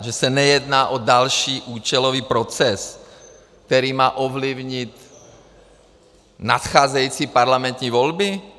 Že se nejedná o další účelový proces, který má ovlivnit nadcházející parlamentní volby?